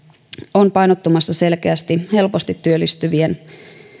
on painottumassa selkeästi helposti työllistyvien